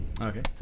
Okay